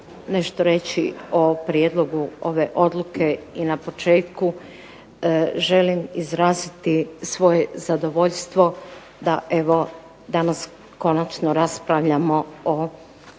nešto reći o prijedlogu ove odluke, i na početku želim izraziti svoje zadovoljstvo da evo danas konačno raspravljamo o